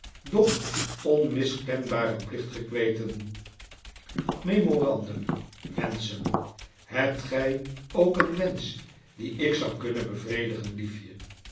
doch onmiskenbaren plicht gekweten memorandum wenschen hebt gy ook een wensch dien ik zou kunnen bevredigen liefje